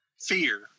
fear